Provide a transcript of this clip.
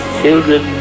children